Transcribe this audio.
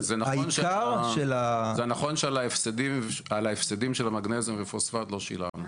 זה נכון שעל ההפסדים של המגנזיום ופוספט לא שילמנו,